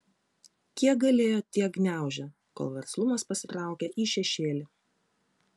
kiek galėjo tiek gniaužė kol verslumas pasitraukė į šešėlį